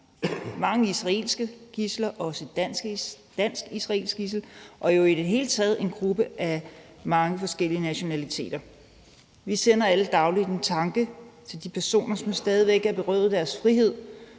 mange israelske gidsler, også et dansk-israelsk gidsel og jo i det hele taget en gruppe med mange forskellige nationaliteter. Vi sender alle dagligt en tanke til de personer, som stadig væk er berøvet deres frihed,